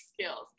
skills